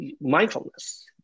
mindfulness